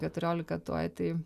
keturiolika tuoj tai